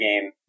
game